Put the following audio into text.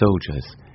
soldiers